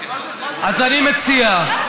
אז אני מציע,